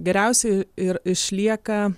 geriausiai ir išlieka